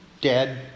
dead